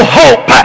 hope